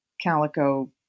calico